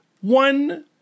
one